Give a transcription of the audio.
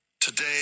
Today